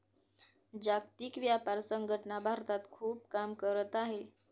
जागतिक व्यापार संघटना भारतात खूप काम करत आहे